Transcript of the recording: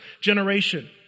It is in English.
generation